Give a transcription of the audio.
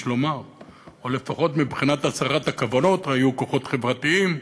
או לפחות מבחינת הצהרת הכוונות היו כוחות חברתיים.